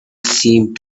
seemed